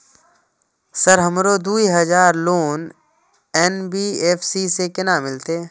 Sir हमरो दूय हजार लोन एन.बी.एफ.सी से केना मिलते?